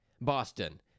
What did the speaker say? Boston